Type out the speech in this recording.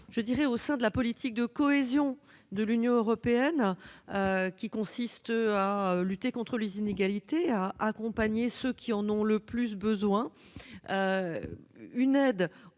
européen. Au sein de la politique de cohésion de l'Union européenne, qui consiste à lutter contre les inégalités, à accompagner ceux qui en ont le plus besoin, une aide